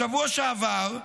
בשבוע שעבר,